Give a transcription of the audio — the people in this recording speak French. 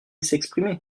s’exprimer